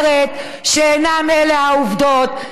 ולא אומרת שאין אלה העובדות,